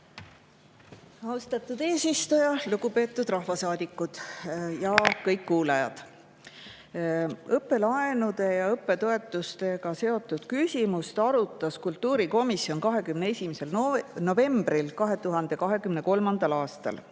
Austatud eesistuja! Lugupeetud rahvasaadikud! Kõik kuulajad! Õppelaenude ja õppetoetustega seotud küsimust arutas kultuurikomisjon 21. novembril 2023. aastal.